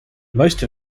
most